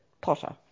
potter